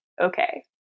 Okay